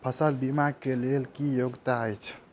फसल बीमा केँ लेल की योग्यता अछि?